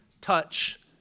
touch